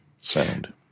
sound